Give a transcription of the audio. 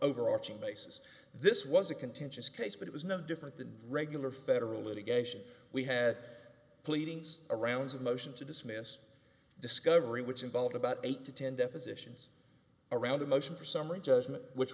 overarching basis this was a contentious case but it was no different than regular federal litigation we had pleadings arounds of motion to dismiss discovery which involved about eight to ten depositions around a motion for summary judgment which